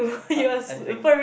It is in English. uh as in